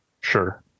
sure